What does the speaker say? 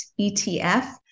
ETF